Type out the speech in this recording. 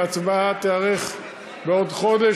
והצבעה תיערך בעוד חודש,